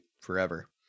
forever